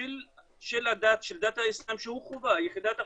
של דת האיסלם, שהיא יחידת חובה,